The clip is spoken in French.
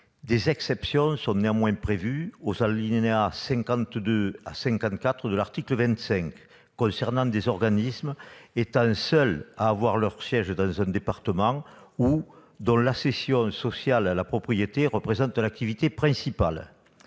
Des exceptions ont néanmoins été prévues aux alinéas 52 à 54 de l'article 25, s'agissant des organismes qui sont seuls à avoir leur siège dans un département, ou dont l'accession sociale à la propriété représente l'activité principale.